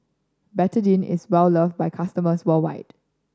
Betadine is well loved by customers worldwide